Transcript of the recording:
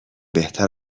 بهتر